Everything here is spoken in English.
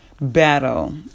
Battle